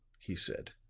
he said.